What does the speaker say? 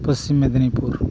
Paschim Medinipur